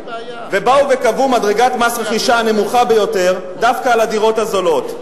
ובאו וקבעו מדרגת מס רכישה הנמוכה ביותר דווקא על הדירות הזולות,